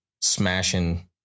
smashing